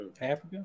Africa